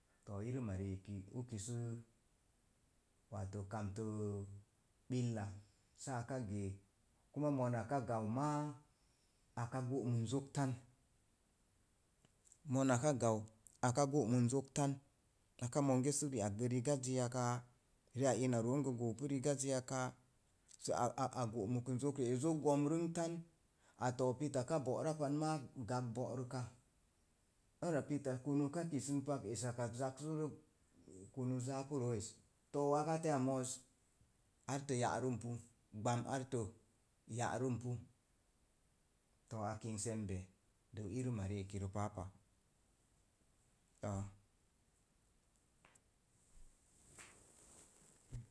Too irəma ri'eki uki sə wato kamtə billa saa ka gee, kuma monaka gau maa aka go'mon zok ton monaka gan aka go'mən zok ton aka monge sə ri'ak gə ri'ak gə rigajiya kaa, sə aa go'məkən zok ri'eri, zok gomrənk tom. A too pita ka bo'ra pan maa, gag bo'rəka, ara pita kunuu ka kisən pak esakak zak sə rə kunuu zaapu roo es. To wakatiya ooz artə ya'rəm pu, gbam artə ya'rəm pu. Too a kina sembe irəma ri'eki rə paapa, too